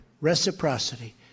reciprocity